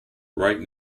right